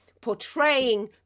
portraying